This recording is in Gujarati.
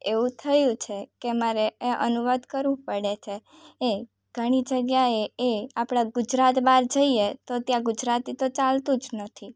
એવું થયું છે કે મારે એ અનુવાદ કરવું પડે છે એ ઘણી જગ્યાએ એ આપણાં ગુજરાત બહાર જઈએ તો ત્યાં ગુજરાતી તો ચાલતું જ નથી